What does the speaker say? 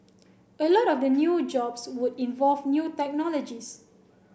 a lot of the new jobs would involve new technologies